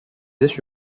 this